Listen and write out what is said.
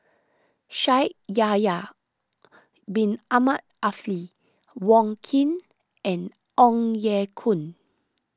Shaikh Yahya Bin Ahmed Wong Keen and Ong Ye Kung